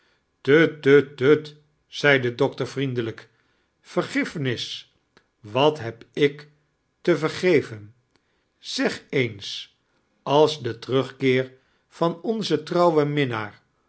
zei de doctor vriendelijk vergiffenis wat heb ik te vergeven zeg eens als de terugkeer van oneen trouwen minnaar